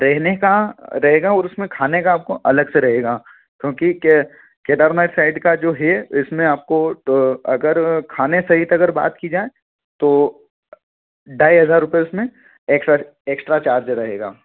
रहने का रहेगा और उसमे खाने का आपको अलग से रहेगा क्योंकि के केदारनाथ साइड का जो है इसमें आपको तो अगर खाने सहित अगर बात की जाए तो ढाई हजार रुपये उसमें एक्स्ट्रा एक्स्ट्रा चार्ज रहेगा